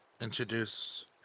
introduce